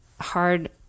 hard